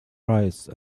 rise